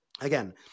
again